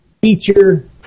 feature